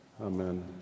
Amen